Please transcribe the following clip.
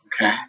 Okay